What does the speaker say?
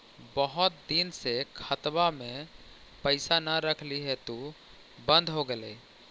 बहुत दिन से खतबा में पैसा न रखली हेतू बन्द हो गेलैय?